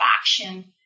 faction